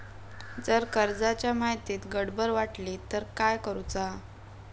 जर कर्जाच्या माहितीत गडबड वाटली तर काय करुचा?